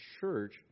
church